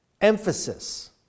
emphasis